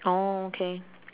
oh okay